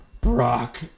Brock